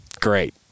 Great